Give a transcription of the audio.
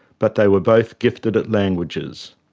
but they were both gifted at languages,